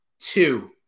two